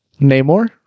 Namor